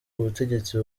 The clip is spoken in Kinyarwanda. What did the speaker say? ubutegetsi